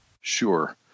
Sure